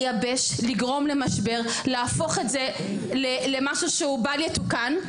לייבש, לגרום למשבר, להפוך למשהו שהוא בל יתוקן,